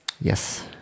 Yes